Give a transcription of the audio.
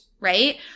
Right